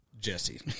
Jesse